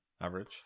average